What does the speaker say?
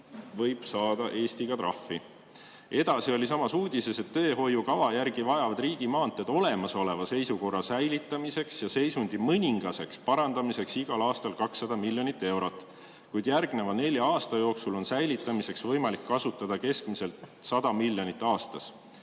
võib Eesti trahvi saada. Edasi oli samas uudises, et teehoiukava järgi vajavad riigimaanteed olemasoleva seisukorra säilitamiseks ja seisundi mõningaseks parandamiseks igal aastal 200 miljonit eurot, kuid järgmise nelja aasta jooksul on säilitamiseks võimalik kasutada keskmiselt 100 miljonit aastas.